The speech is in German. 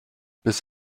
bis